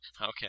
Okay